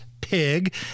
pig